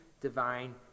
divine